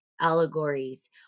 allegories